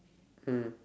mm